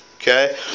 Okay